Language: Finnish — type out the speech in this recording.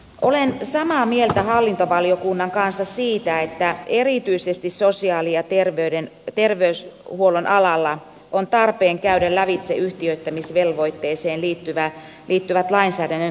olen samaa mieltä hallintovaliokunnan kanssa siitä että erityisesti sosiaali ja terveyshuollon alalla on tarpeen käydä lävitse yhtiöittämisvelvoitteeseen liittyvät lainsäädännön tarkistamistarpeet